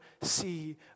see